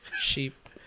sheep